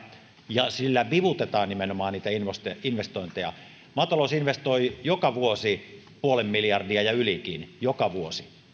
ja sillä vivutetaan nimenomaan niitä investointeja investointeja maatalous investoi joka vuosi puolen miljardia ja ylikin joka vuosi